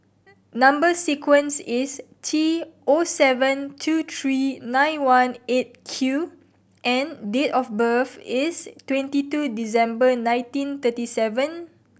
number sequence is T O seven two three nine one Eight Q and date of birth is twenty two December nineteen thirty seven